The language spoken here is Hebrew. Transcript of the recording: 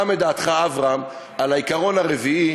גם את דעתך, אברהם, על העיקרון הרביעי